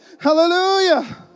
Hallelujah